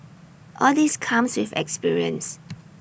all this comes with experience